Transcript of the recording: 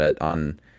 on